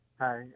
Hi